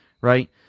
right